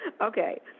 Okay